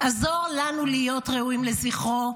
עזור לנו להיות ראויים לזכרו,